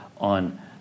on